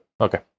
Okay